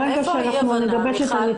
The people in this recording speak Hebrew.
איפה אי ההבנה?